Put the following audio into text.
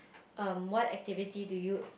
um what activity do you